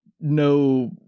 no